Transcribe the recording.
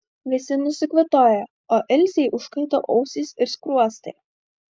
visi nusikvatojo o ilzei užkaito ausys ir skruostai